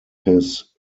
his